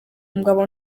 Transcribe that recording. mugabo